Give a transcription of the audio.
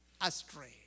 astray